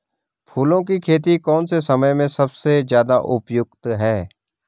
फूलों की खेती कौन से समय में सबसे ज़्यादा उपयुक्त है?